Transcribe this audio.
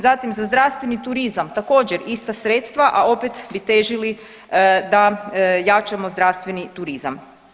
Zatim za zdravstveni turizam također ista sredstva, a opet bi težili da jačamo zdravstveni turizam.